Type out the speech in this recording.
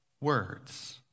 words